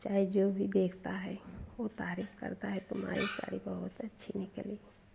अब चाहे जो भी देखता है वह तारीफ करता है तुम्हारी साड़ी बहुत अच्छी निकली